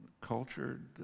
cultured